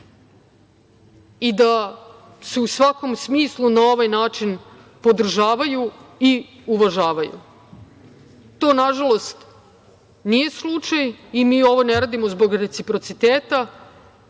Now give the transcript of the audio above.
i da se u svakom smislu na ovaj način podržavaju i uvažavaju. To na žalost nije slučaj i mi ovo ne radimo zbog reciprociteta